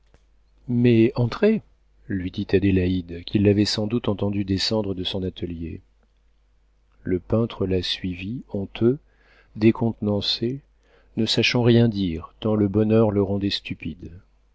mais entrez lui dit adélaïde qui l'avait sans doute entendu descendre de son atelier le peintre la suivit honteux décontenancé ne sachant rien dire tant le bonheur le rendait stupide